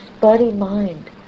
body-mind